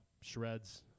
Shreds